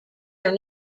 are